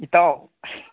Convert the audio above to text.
ꯏꯇꯥꯎ